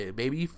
baby